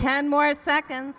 ten more second